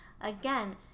again